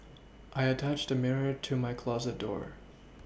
I attached a mirror to my closet door